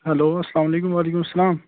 hello اسلامُ علیکم وعلیکُم سَلام